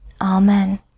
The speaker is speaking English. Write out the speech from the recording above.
Amen